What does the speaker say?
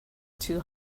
too